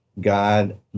God